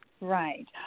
right